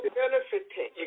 benefiting